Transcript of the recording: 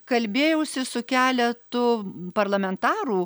kalbėjausi su keletu parlamentarų